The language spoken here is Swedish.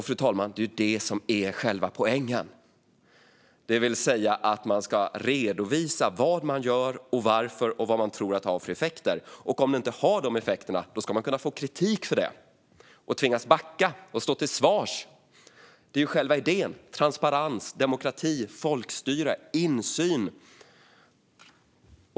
Fru talman! Det är ju det som är själva poängen, det vill säga att man ska redovisa vad man gör, varför man gör det och vad man tror att det har för effekter. Och om det inte har dessa effekter ska man kunna få kritik för det och tvingas backa och stå till svars. Det är själva idén - transparens, demokrati, folkstyre, insyn.